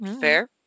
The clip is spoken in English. Fair